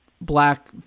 black